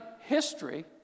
history